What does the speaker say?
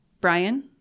brian